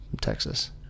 Texas